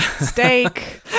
steak